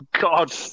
God